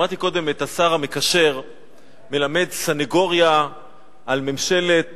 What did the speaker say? שמעתי קודם את השר המקשר מלמד סניגוריה על ממשלת